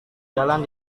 jalan